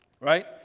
right